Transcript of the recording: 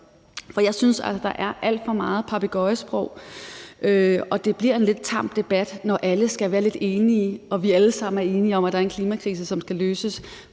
Jeg synes, der er alt for meget papegøjesprog, og det bliver en lidt tam debat, når alle skal være lidt enige og vi alle sammen er enige om, at der er en klimakrise, som skal løses.